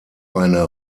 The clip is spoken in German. eine